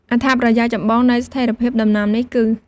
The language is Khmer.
អត្ថប្រយោជន៍ចម្បងនៃស្ថេរភាពដំណាំនេះគឺ៖